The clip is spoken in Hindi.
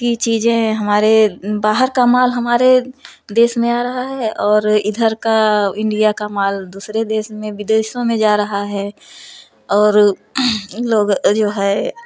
की चीज़ें हमारे बाहर का माल हमारे देश में आ रहा है और इधर का इंडिया का माल दूसरे देश में विदेशों में जा रहा है और लोग जो है